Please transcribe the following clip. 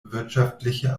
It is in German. wirtschaftliche